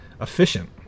efficient